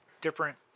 different